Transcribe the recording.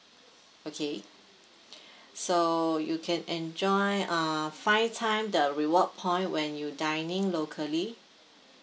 okay so you can enjoy err five time the reward point when you dining locally